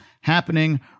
happening